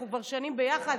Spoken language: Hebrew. אנחנו כבר שנים ביחד,